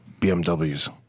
BMWs